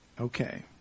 Okay